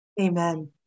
Amen